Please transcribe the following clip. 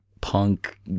punk